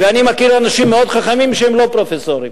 ואני מכיר אנשים מאוד חכמים שהם לא פרופסורים.